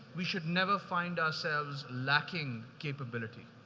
we should never find ourselves lacking capability.